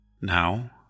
Now